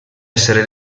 essere